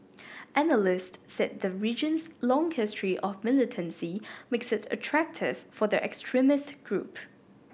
analysts said the region's long history of militancy makes it attractive for the extremist group